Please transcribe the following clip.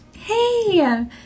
Hey